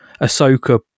Ahsoka